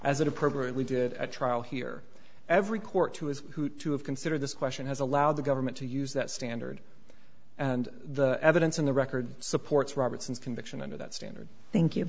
as it appropriately did at trial here every court who is who to have considered this question has allowed the government to use that standard and the evidence in the record supports robertson's conviction under that standard thank